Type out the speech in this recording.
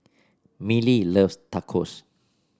Millie loves Tacos